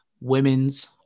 women's